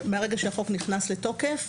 מהרגע שהחוק נכנס לתוקף,